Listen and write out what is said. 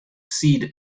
seed